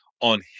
on